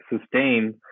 sustain